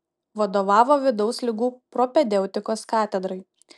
vadovavo vidaus ligų propedeutikos katedrai